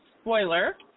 spoiler